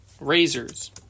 razors